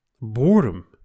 Boredom